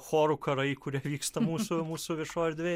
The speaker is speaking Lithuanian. chorų karai kurie vyksta mūsų mūsų viešoj erdvėj